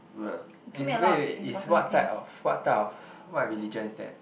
is wait wait is what type of what type of what religion is that